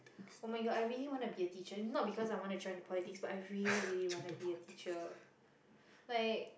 join the politics